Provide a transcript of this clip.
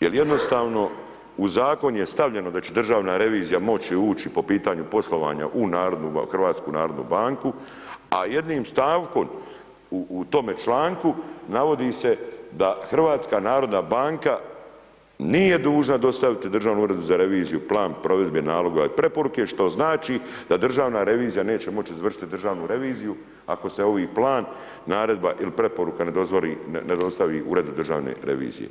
jer jednostavno u zakon je stavljeno da će državna revizija moći ući po pitanju poslovanja u HNB, a jednim stavkom u tome članku navodi se da HNB nije dužna dostaviti Državnom uredu za reviziju plan provedbe naloga i preporuke, što znači da Državna revizija neće moć izvršiti državnu reviziju ako se ovi plan, naredba ili preporuka ne dostavi uredu Državne revizije.